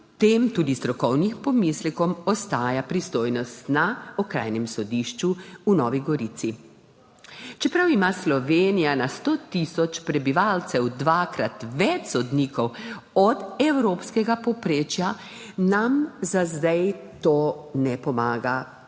tem tudi strokovnim pomislekom ostaja pristojnost na Okrajnem sodišču v Novi Gorici. Čeprav ima Slovenija na 100 tisoč prebivalcev dvakrat več sodnikov od evropskega povprečja, nam za zdaj to ne pomaga